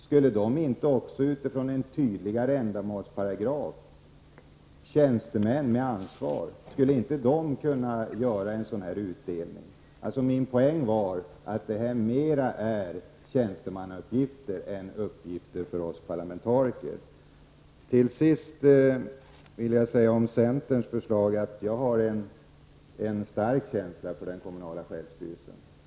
Skulle inte tjänstemän med ansvar också utifrån en tydligare ändamålsparagraf kunna göra en sådan här utredning? Min poäng var alltså att detta mera är tjänstemannauppgifter än uppgifter för oss parlamentariker. Till sist vill jag säga om centerns förslag att jag har en stark känsla för den kommunala självstyrelsen.